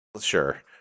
Sure